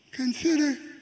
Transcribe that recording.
Consider